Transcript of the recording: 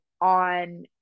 on